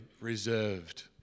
reserved